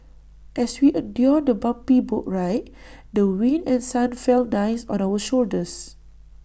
as we endured the bumpy boat ride the wind and sun felt nice on our shoulders